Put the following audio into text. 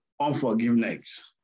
unforgiveness